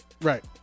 Right